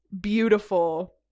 beautiful